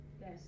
Yes